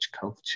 culture